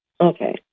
Okay